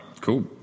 Cool